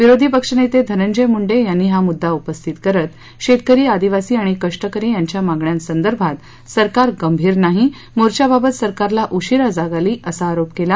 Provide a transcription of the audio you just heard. विरोधी पक्षनेते धनंजय मुंडे यांनी हा मुद्दा उपस्थित करत शेतकरी आदिवासी आणि कष्टकरी यांच्या मागण्यांसंदर्भात सरकार गंभीर नाही मोर्चा बाबत सरकारला उशीरा जाग आली असा आरोप केला